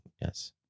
yes